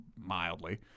Mildly